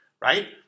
right